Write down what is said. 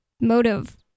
motive